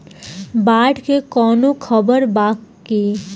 बाढ़ के कवनों खबर बा की?